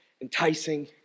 enticing